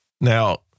Now